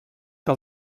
que